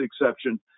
exception